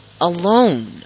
Alone